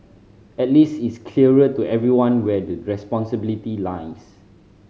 at least it's clearer to everyone where the responsibility lies